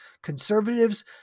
conservatives